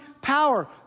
power